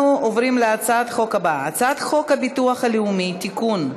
אנחנו עוברים להצעת החוק הבאה: הצעת חוק הביטוח הלאומי (תיקון,